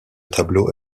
tableau